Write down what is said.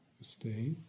stay